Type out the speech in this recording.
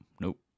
Nope